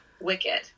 Wicked